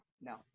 No